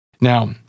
Now